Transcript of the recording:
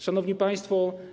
Szanowni Państwo!